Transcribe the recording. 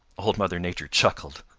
old mother nature chuckled.